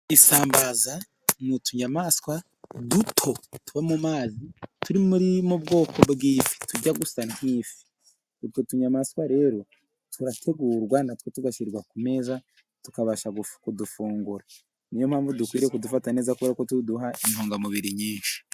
Isambaza ni utunyamaswa duto tuba mu mazi, turi muri mu bwoko bw' utujya gusa nk'ifi. Utwo tunyamaswa rero turarategurwa natwo tugashyirwa ku meza, tukabasha kudufungura, niyo mpamvu dukwiriye kudufata neza kuko tuduha intungamubiri nyinshi.